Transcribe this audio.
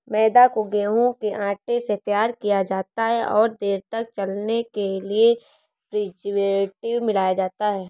मैदा को गेंहूँ के आटे से तैयार किया जाता है और देर तक चलने के लिए प्रीजर्वेटिव मिलाया जाता है